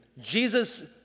Jesus